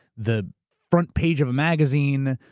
the front page of a magazine,